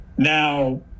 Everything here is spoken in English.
now